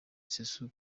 sassou